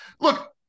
Look